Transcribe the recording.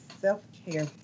self-care